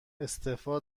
استعفا